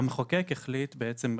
המחוקק החליט בעצם,